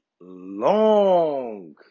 long